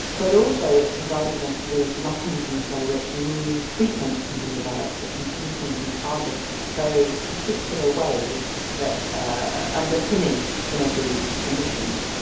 but also it's providing us with mechanisms by which new treatments can be developed that can pinpoint and target very particular ways ah underpinning some of these conditions.